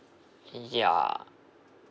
ya